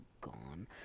gone